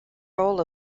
role